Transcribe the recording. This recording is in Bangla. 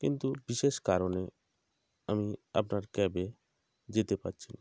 কিন্তু বিশেষ কারণে আমি আপনার ক্যাবে যেতে পারছি না